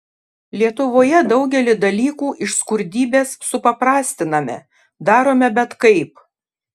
lietuvoje daugelį dalykų iš skurdybės supaprastiname darome bet kaip